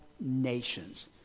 nations